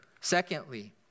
Secondly